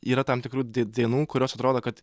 yra tam tikrų dainų kurios atrodo kad